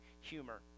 humor